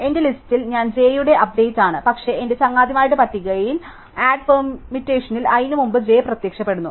അതിനാൽ എന്റെ ലിസ്റ്റ് ഞാൻ j യുടെ അപ്ഡേറ്റാണ് പക്ഷേ എന്റെ ചങ്ങാതിമാരുടെ പട്ടികയിൽ ആഡ് പെർമുറ്റേഷനിൽ i ന് മുമ്പ് j പ്രത്യക്ഷപ്പെടുന്നു